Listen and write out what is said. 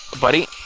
buddy